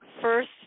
first